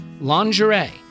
lingerie